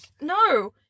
No